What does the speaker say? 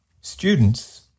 Students